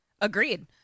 Agreed